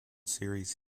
series